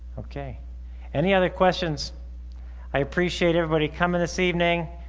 okay any other questions i appreciate everybody coming this evening